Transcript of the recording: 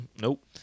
Nope